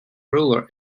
ruler